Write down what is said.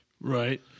Right